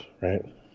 right